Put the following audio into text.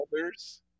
others